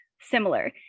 similar